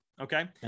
okay